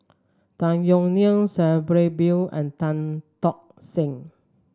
Tan Yeok Nee Sabri Buang and Tan Tock San